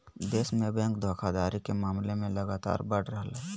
देश में बैंक धोखाधड़ी के मामले लगातार बढ़ रहलय